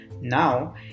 Now